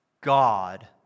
God